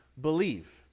believe